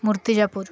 Murtijapur